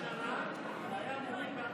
לפני שנה זה היה מוריד,